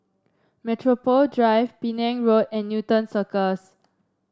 Metropole Drive Penang Road and Newton Cirus